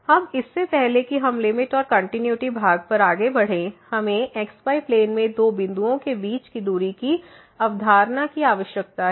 अब इससे पहले कि हम लिमिट और कंटिन्यूटी भाग पर आगे बढ़ें हमें xy प्लेन में दो बिंदुओं के बीच की दूरी की अवधारणा की आवश्यकता है